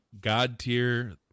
God-tier